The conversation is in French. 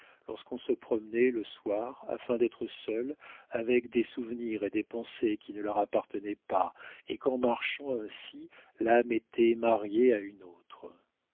lorsqu'on se promenait le soir afin d'être seule avec des souvenirs et des pensées qui ne leur appartenaient pas et qu'en marchant ainsi l'âme était mariée à une autre